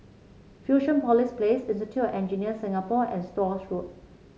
Fusionopolis Place Institute Engineers Singapore and Stores Road